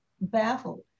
baffled